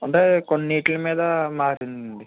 అంటే కొన్నింటి మీద మారిందండి